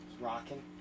Rocking